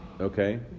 Okay